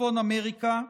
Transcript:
בצפון אמריקה,